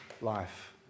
life